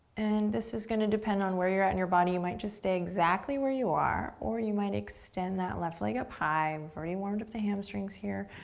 and this is gonna depend on where you're at in your body. you might just stay exactly where you are or you might extend that left leg up high. we've already warmed up the hamstrings here.